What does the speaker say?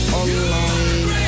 online